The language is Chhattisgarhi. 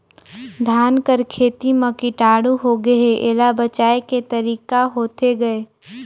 धान कर खेती म कीटाणु होगे हे एला बचाय के तरीका होथे गए?